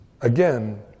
Again